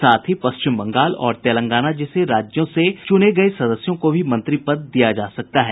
साथ ही पश्चिम बंगाल और तेलंगाना जैसे राज्यों से चुने गये सदस्यों को भी मंत्री पद दिया जा सकता है